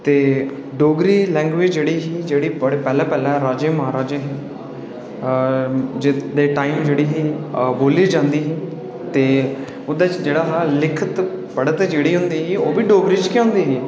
ते डोगरी लैंग्वेज जेह्ड़ी ही पैह्लें बेल्ले दे राजे हे महाराजे हे जित्त दे टाइम जेह्ड़ी ही बोल्ली जंदी ही उं'दे च जेह्ड़ा हा लिखत पढ़त जेह्ड़ी होंदी ही ओह्बी डोगरी च गै होंदी ही